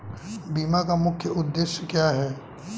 बीमा का मुख्य उद्देश्य क्या है?